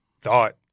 thought